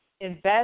Invest